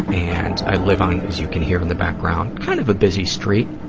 and i live on, as you can hear in the background, kind of a busy street,